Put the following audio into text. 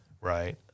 Right